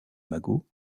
magot